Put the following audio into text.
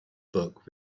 book